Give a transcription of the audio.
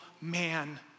man